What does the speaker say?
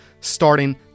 starting